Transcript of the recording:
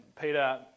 Peter